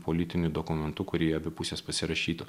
politiniu dokumentu kurį abi pusės pasirašytų